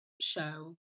show